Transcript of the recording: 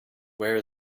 where